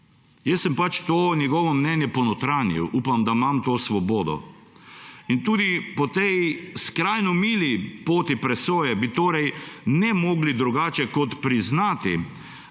Jaz sem to njegovo mnenje ponotranjil. Upam, da imam to svobodo. Tudi po tej skrajno mili poti presoje bi torej ne mogli drugače, kot priznati,